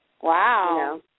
Wow